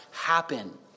happen